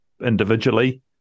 individually